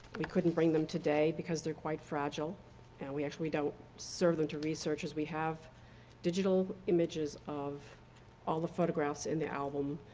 we couldn't bring them today because they're quite fragile and we don't serve them to researchers. we have digital images of all the photographs in the album.